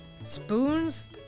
spoons